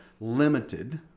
limited